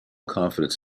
confidence